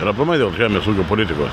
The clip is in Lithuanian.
ir aplamai dėl žemės ūkio politikos